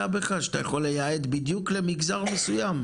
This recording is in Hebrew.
בך כשאתה יכול לייעד בדיוק למגזר מסוים?